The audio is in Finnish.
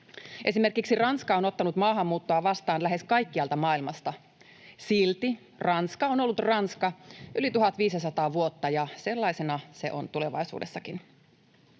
Esimerkiksi Ranska on ottanut maahanmuuttajia vastaan lähes kaikkialta maailmasta. Silti Ranska on ollut Ranska yli 1 500 vuotta, ja sellainen se on tulevaisuudessakin.